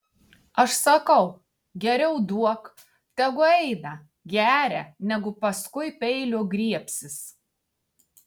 aš sakau geriau duok tegu eina geria negu paskui peilio griebsis